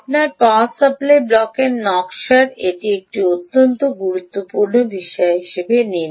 আপনার power supply ব্লকের নকশার এটি একটি অত্যন্ত গুরুত্বপূর্ণ বিষয় হিসাবে নিয়ে নিন